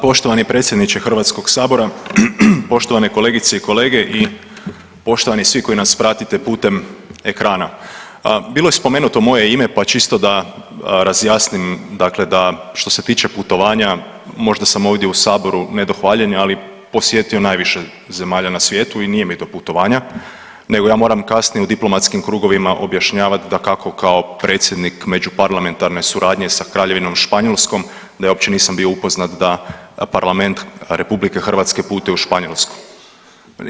Poštovani predsjedniče Hrvatskog sabora, poštovane kolegice i kolege i poštovani svi koji nas pratite putem ekrana, bilo je spomenuto moje ime pa čisto da razjasnim dakle da što se tiče putovanja možda sam ovdje u saboru ne do hvaljenja ali posjetio najviše zemalja na svijetu i nije mi do putovanja, nego ja moram kasnije u diplomatskim krugovima objašnjavat da kako kao predsjednik međuparlamentarne suradnje sa Kraljevinom Španjolskom da je uopće nisam bio upoznat da parlament RH putuje u Španjolsku.